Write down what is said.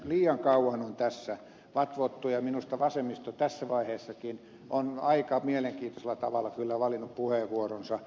liian kauan on tässä vatvottu ja minusta vasemmisto tässä vaiheessakin on aika mielenkiintoisella tavalla kyllä valinnut puheenvuoronsa